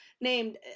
named